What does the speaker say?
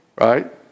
Right